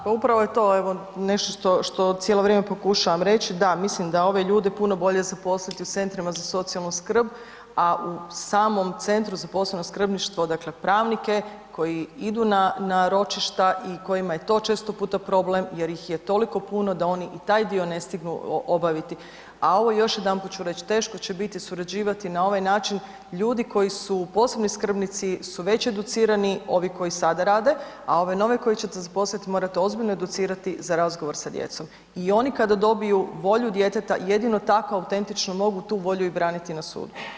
Da, pa upravo je to nešto što cijelo vrijeme pokušavam reći, da, mislim da ove ljude je puno bolje zaposliti u centrima za socijalnu skrb a u samom Centru za posebno skrbništvo, dakle pravnike koji idu na, na ročišta i kojima je to često puta problem jer ih je toliko puno da oni i taj dio ne stignu obaviti, a ovo još jedanput ću reć, teško će biti surađivati na ovaj način, ljudi koji su posebni skrbnici su već educirani ovi koji sada rade, a ove nove koje ćete zaposlit morate ozbiljno educirati za razgovor sa djecom i oni kada dobiju volju djeteta, jedino tako autentičnu mogu tu volju i braniti na sudu.